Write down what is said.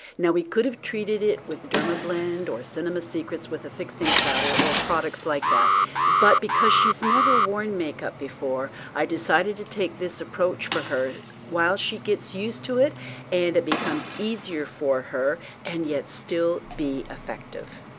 now we could have treated it with dermablend or cinema secrets with a fixing powder or products like that but because she's never worn makeup before i decided to take this approach for her while she gets used to it and it becomes easier for her and yet still be effective.